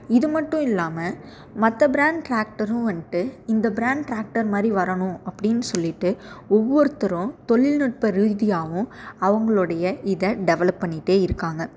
இது மட்டுல்லாமல் மற்ற பிராண்ட் டிராக்டரும் வந்துட்டு இந்த பிராணட் டிராக்டர் மாதிரி வரணும் அப்படின்னு சொல்லிகிட்டு ஒவ்வொருத்தரும் தொழில் நுட்ப ரீதியாவும் அவங்களுடைய இதை டெவெலப் பண்ணிகிட்டு இருக்காங்க